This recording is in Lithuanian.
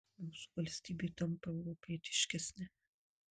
mūsų valstybė tampa europietiškesne